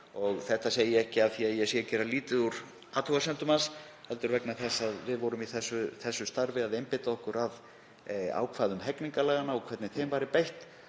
Það segi ég ekki af því að ég sé að gera lítið úr athugasemdum hans heldur vegna þess að við vorum í þessu starfi að einbeita okkur að ákvæðum hegningarlaganna og hvernig þeim væri beitt.